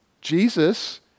Jesus